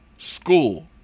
school